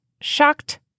shocked